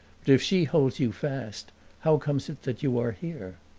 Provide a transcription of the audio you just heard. but if she holds you fast how comes it that you are here?